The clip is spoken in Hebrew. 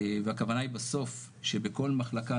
והכוונה היא בסוף שבכל מחלקה,